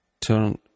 turn